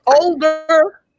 older